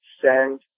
send